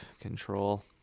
control